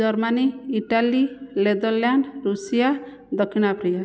Germany Italy Netherland Russia ଦକ୍ଷିଣ Africa